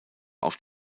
auf